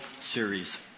Series